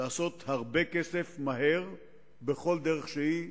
לעשות הרבה כסף, מהר, בכל דרך שהיא: